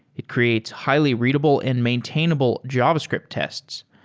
it creates highly readable and maintainable javascript tests.